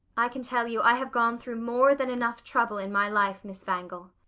i can tell you i have gone through more than enough trouble in my life, miss wangel.